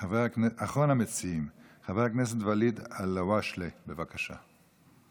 אחרון המציעים, חבר הכנסת ואליד אלהואשלה, בבקשה.